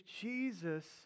Jesus